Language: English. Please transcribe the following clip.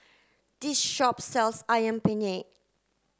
this shop sells Ayam Penyet